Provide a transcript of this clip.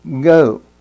go